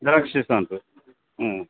ದ್ರಾಕ್ಷಿ ಸಹ ಉಂಟು ಹ್ಞೂ